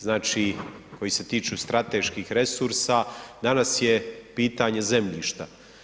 Znači koji se tiču strateških resursa, danas je pitanje zemljišta.